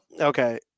Okay